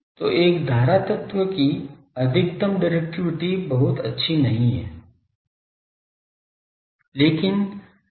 तो एक धारा तत्व की अधिकतम डिरेक्टिविटी बहुत अच्छी नहीं है लेकिन यह एक ओमनी नहीं है